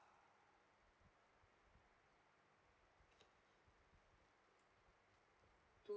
two